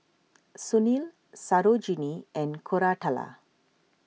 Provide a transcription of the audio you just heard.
Sunil Sarojini and Koratala